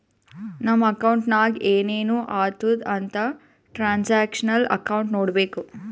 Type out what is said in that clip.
ನಮ್ ಅಕೌಂಟ್ನಾಗ್ ಏನೇನು ಆತುದ್ ಅಂತ್ ಟ್ರಾನ್ಸ್ಅಕ್ಷನಲ್ ಅಕೌಂಟ್ ನೋಡ್ಬೇಕು